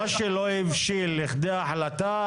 מה שלא הבשיל לכדי החלטה,